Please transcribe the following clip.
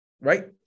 Right